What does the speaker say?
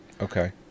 okay